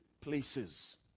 places